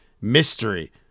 mystery